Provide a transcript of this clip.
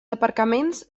aparcaments